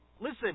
Listen